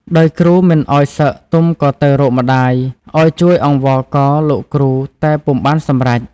ដោយគ្រូមិនឲ្យសឹកទុំក៏ទៅរកម្តាយឲ្យជួយអង្វរករលោកគ្រូតែពុំបានសម្រេច ។